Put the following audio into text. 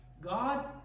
God